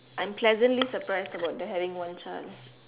I'm pleasantly surprised about the having one child